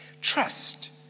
Trust